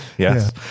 Yes